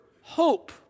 hope